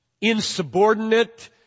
insubordinate